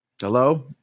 Hello